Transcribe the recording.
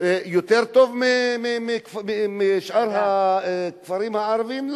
שלהם יותר טוב משאר הכפרים הערביים?